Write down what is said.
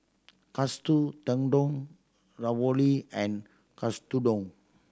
Katsu Tendon Ravioli and Katsudon